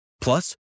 Plus